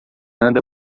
anda